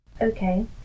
Okay